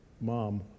mom